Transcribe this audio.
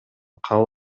кабыл